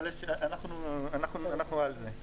אבל אנחנו "על זה"